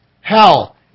hell